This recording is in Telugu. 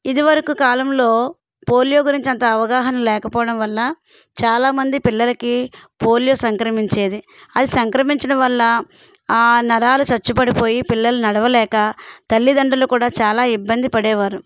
ఇదివరకు కాలంలో పోలియో గురించి అంత అవగాహన లేకపోవడం వల్ల చాలామంది పిల్లలకి పోలియో సంక్రమించేది అది సంక్రమించడం వల్ల నరాలు సచ్చుపడిపోయి పిల్లలు నడవలేక తల్లిదండ్రులు కూడా చాలా ఇబ్బంది పడేవారు